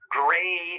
gray